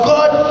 God